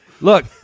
Look